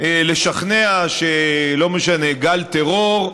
לשכנע שלא משנה, גל טרור,